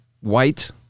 white